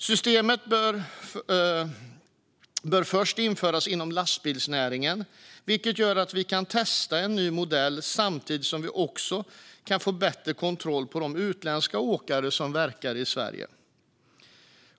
Systemet bör först införas inom lastbilsnäringen, vilket skulle göra att vi kan testa en ny modell samtidigt som vi också kan få bättre kontroll på de utländska åkare som verkar i Sverige.